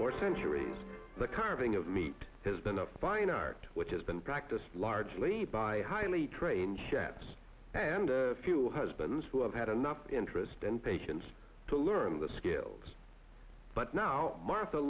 for centuries the carving of meat has been a fine art which has been practiced largely by highly trained chefs and husbands who have had enough interest and patience to learn the skills but now